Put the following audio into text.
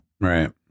Right